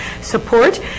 support